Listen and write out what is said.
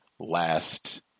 last